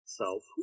self